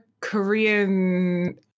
Korean